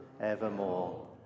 evermore